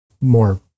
more